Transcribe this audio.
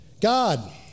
God